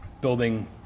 Building